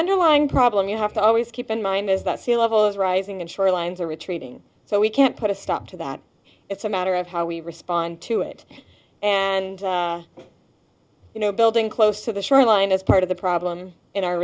underlying problem you have to always keep in mind is that sea level is rising and shorelines are retreating so we can't put a stop to that it's a matter of how we respond to it and you know building close to the shoreline is part of the problem in our